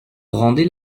rendait